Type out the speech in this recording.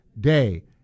day